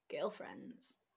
Girlfriends